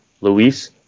Luis